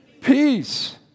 Peace